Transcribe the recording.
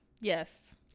yes